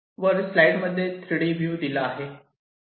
वर स्लाईड मध्ये 3D view दिला आहे